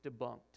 debunked